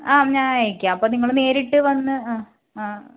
ആം ഞായക്കാം അപ്പം നിങ്ങൾ നേരിട്ട് വന്ന് ആ ആ